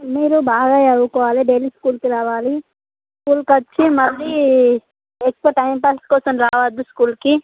మీరు బాగా చదువుకోవాలి డైలీ స్కూల్కి రావాలి స్కూల్కి వచ్చి మళ్ళీ ఎక్కువ టైం పాస్ కోసం రావద్దు స్కూల్కి